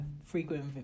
frequent